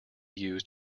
used